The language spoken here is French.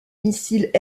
missiles